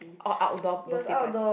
all outdoor birthday parties